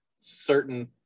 certain